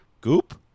goop